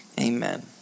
Amen